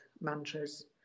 mantras